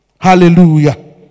Hallelujah